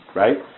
right